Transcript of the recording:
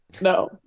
no